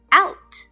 out